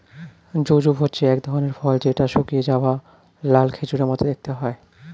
jujube হচ্ছে এক ধরনের ফল যেটা শুকিয়ে যাওয়া লাল খেজুরের মত দেখতে হয়